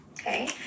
Okay